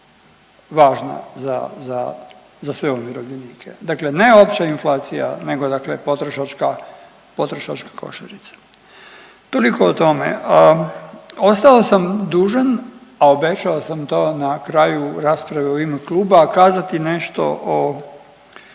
za, za sve umirovljenike, dakle ne opća inflacija nego dakle potrošačka, potrošačka košarica. Toliko o tome. Ostao sam dužan, a obećao sam to na kraju rasprave u ime kluba kazati nešto o,